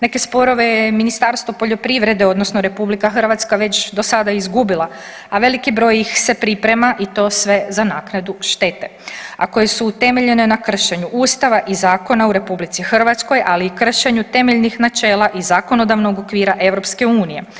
Neke sporove je Ministarstvo poljoprivrede odnosno RH već do sada izgubila, a veliki broj ih se priprema i to sve za naknadu štete, a koje su utemeljene na kršenju Ustava i zakona u RH, ali i kršenju temeljnih načela i zakonodavnog okvira EU.